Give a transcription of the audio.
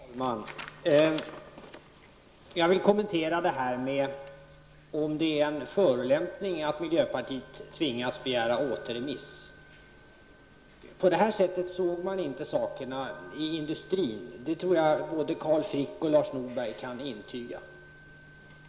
Fru talman! Jag vill kommentera frågeställningen om det skulle vara en förolämpning att miljöpartiet tvingas begära återremiss. På det här sättet såg man inte saken i industrin. Det tror jag att både Carl Frick och Lars Norberg kan intyga.